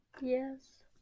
Yes